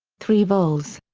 three vols.